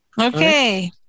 Okay